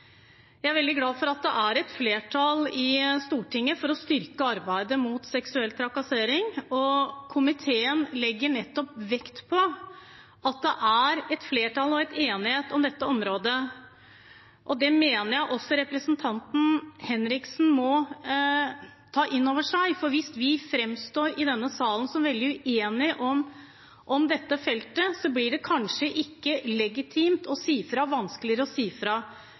Jeg er veldig glad for at det er et flertall i Stortinget for å styrke arbeidet mot seksuell trakassering, og komiteen legger nettopp vekt på at det er et flertall og en enighet om dette området. Det mener jeg også representanten Henriksen må ta inn over seg, for hvis vi framstår i denne salen som veldig uenige på dette feltet, blir det kanskje ikke legitimt og vanskeligere å si fra.